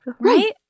Right